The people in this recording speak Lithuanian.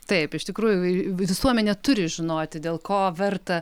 taip iš tikrųjų visuomenė turi žinoti dėl ko verta